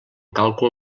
càlcul